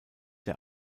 der